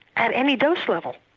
at any dose level.